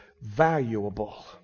valuable